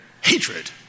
hatred